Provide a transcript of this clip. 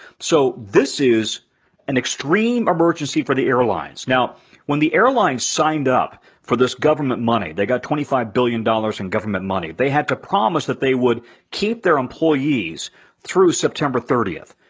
so this is an extreme emergency for the airlines. now when the airlines signed up for this government money, they got twenty five billion dollars in government money, they had to promise that they would keep their employees through september thirtieth.